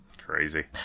Crazy